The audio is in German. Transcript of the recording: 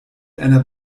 einer